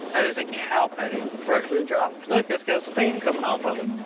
that is a cow patty. freshly dropped. look, it's got steam coming off of it.